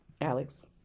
Alex